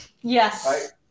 Yes